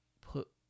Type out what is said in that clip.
put